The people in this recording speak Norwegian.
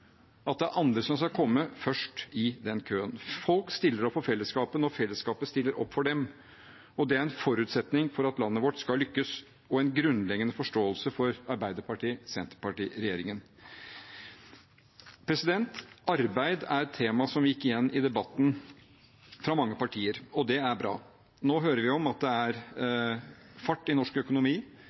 at det er andre som skal komme først i den køen. Folk stiller opp for fellesskapet når fellesskapet stiller opp for dem. Det er en forutsetning for at landet vårt skal lykkes, og en grunnleggende forståelse for Arbeiderparti–Senterparti-regjeringen. Arbeid er et tema som gikk igjen i debatten fra mange partier, og det er bra. Nå hører vi om at det er fart i norsk økonomi,